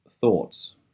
thoughts